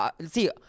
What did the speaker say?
See